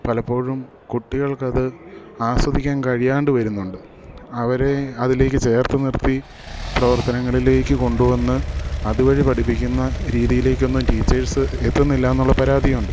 പലപ്പോഴും കുട്ടികൾക്കത് ആസ്വദിക്കാൻ കഴിയാണ്ട് വരുന്നുണ്ട് അവരേ അതിലേക്ക് ചേർത്തു നിർത്തി പ്രവർത്തനങ്ങളിലേക്ക് കൊണ്ടുവന്ന് അതുവഴി പഠിപ്പിക്കുന്ന രീതിയിലേക്കൊന്നും ടീച്ചേഴ്സ് എത്തുന്നില്ലയെന്നുള്ള പരാതിയുണ്ട്